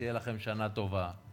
שתהיה לכם שנה טובה,